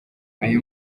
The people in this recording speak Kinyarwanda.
aya